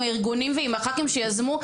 עם הארגונים ועם הח"כים שיזמו,